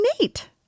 Nate